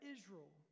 Israel